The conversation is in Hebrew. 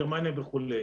גרמניה וכו'.